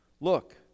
Look